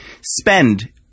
spend